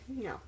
No